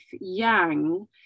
yang